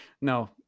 No